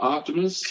Optimus